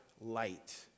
light